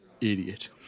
Idiot